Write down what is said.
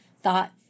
thought